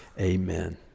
amen